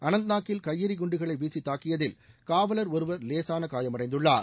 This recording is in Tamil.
அனந்த்நாக்கில் கையெறி குண்டுகளை வீசி தாக்கியதில் காவலர் ஒருவர் லேசான காயமடைந்துள்ளார்